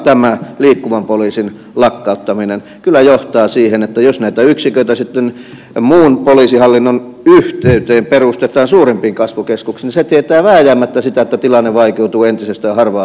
ja tämän liikkuvan poliisin lakkauttaminen kyllä johtaa siihen että jos näitä yksiköitä sitten muun poliisihallinnon yhteyteen perustetaan suurimpiin kasvukeskuksiin niin se tietää vääjäämättä sitä että tilanne vaikeutuu entisestään harvaan asutuilla alueilla